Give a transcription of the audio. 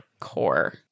Core